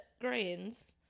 grains